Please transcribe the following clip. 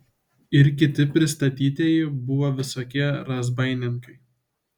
ir kiti pristatytieji buvo visokie razbaininkai